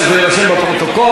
שזה יירשם בפרוטוקול.